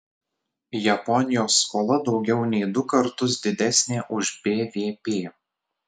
japonijos skola daugiau nei du kartus didesnė už bvp